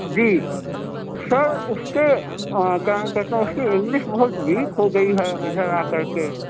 جی sir اس کے کیا نام کہتے ہیں اس کی انگلیش بہت ویک ہوگئی ہے ادھر آکر کے